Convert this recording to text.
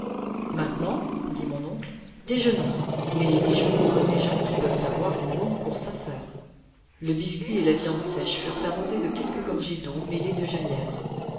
maintenant dit mon oncle déjeunons mais déjeunons comme des gens qui peuvent avoir une longue course à faire le biscuit et la viande sèche furent arrosés de quelques gorgées d'eau mêlée de genièvre